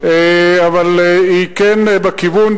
אבל היא כן בכיוון,